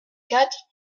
quatre